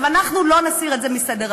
אבל אנחנו לא נסיר את זה מסדר-היום.